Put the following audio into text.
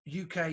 UK